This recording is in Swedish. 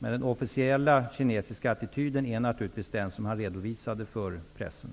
Men den officiella kinesiska attityden är naturligtvis den som han redovisade för pressen.